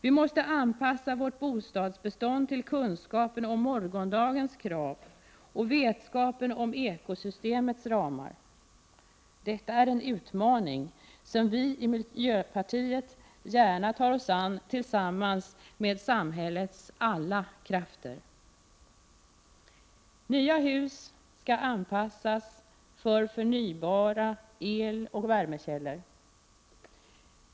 Vi måste anpassa vårt bostadsbestånd till kunskapen om morgondagens krav och vetskapen om ekosystemets ramar. Detta är en utmaning som vi i miljöpartiet gärna tar oss an, tillsammans med samhällets alla krafter. Nya hus skall anpassas för förnybara eloch värmekällor.